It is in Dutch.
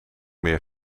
meer